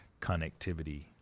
connectivity